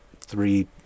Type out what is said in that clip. three